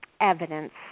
evidence